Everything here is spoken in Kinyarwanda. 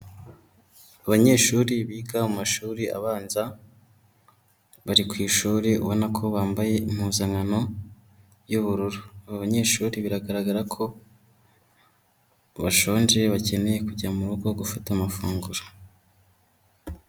Abanyeshuri biga mu mashuri abanza, bari ku ishuri ubona ko bambaye impuzankano y'ubururu, aba banyeshuri biragaragara ko bashonje bakeneye kujya mu rugo gufata amafunguro.